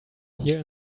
here